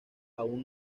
aun